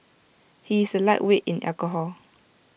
he is A lightweight in alcohol